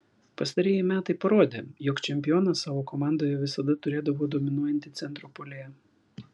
pastarieji metai parodė jog čempionas savo komandoje visada turėdavo dominuojantį centro puolėją